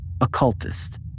occultist